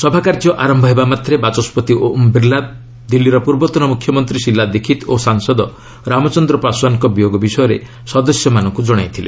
ସଭାକାର୍ଯ୍ୟ ଆରମ୍ଭ ହେବାମାତ୍ରେ ବାଚସ୍କତି ଓମ୍ ବିର୍ଲା ଦିଲ୍ଲୀର ପୂର୍ବତନ ମୁଖ୍ୟମନ୍ତ୍ରୀ ଶିଲା ଦୀକ୍ଷିତ୍ ଓ ସାଂସଦ ରାମଚନ୍ଦ୍ର ପାଶ୍ୱାନ୍ଙ୍କ ବିୟୋଗ ବିଷୟରେ ସଦସ୍ୟମାନଙ୍କୁ ଜଣାଇଥିଲେ